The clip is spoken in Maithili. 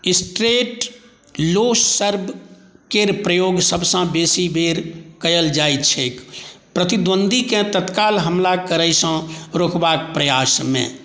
स्ट्रेट लो सर्वके प्रयोग सबसँ बेसी बेर कएल जाइत छै प्रतिद्वन्द्वीके तत्काल हमला करैसँ रोकबाक प्रयासमे